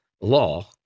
law